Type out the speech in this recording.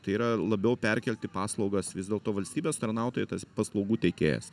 tai yra labiau perkelti paslaugas vis dėlto valstybės tarnautojai tas paslaugų teikėjas